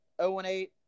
0-8